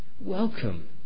welcome